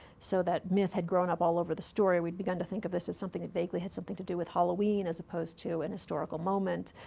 so that myth had grown up all over the story. we'd begun to think of this as something that vaguely had something to do with halloween as opposed to an historical moment.